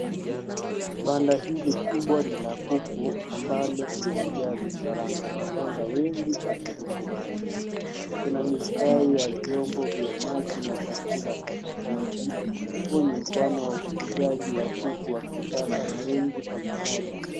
Banda hili kubwa ni la kuku ambalo limejaa vifaranga wachanga wengi wakizunguka. Kuna mistari ya vyombo vya maji na chakula katikati. Huu ni mfano wa ufugaji wa kuku wa kisasa na wengi kwa pamoja.